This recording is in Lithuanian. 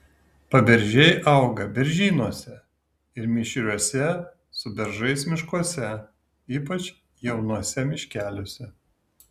paberžiai auga beržynuose ir mišriuose su beržais miškuose ypač jaunuose miškeliuose